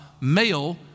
male